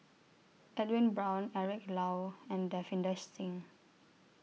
Edwin Brown Eric Low and Davinder Singh